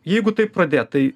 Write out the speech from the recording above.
jeigu taip pradėt tai